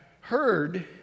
heard